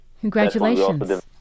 congratulations